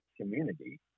community